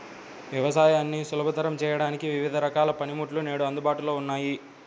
వ్యవసాయాన్ని సులభతరం చేయడానికి వివిధ రకాల పనిముట్లు నేడు అందుబాటులో ఉన్నాయి